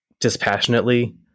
dispassionately